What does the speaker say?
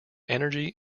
energy